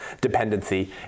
dependency